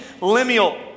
Lemuel